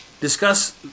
discuss